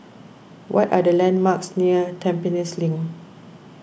what are the landmarks near Tampines Link